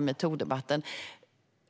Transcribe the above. metoo-debatten.